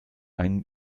einen